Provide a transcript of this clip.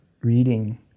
reading